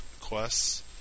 quests